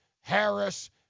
Harris